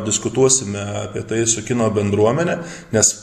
diskutuosime apie tai su kino bendruomene nes